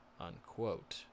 unquote